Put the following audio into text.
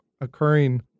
occurring